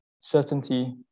certainty